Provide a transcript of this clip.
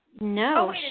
No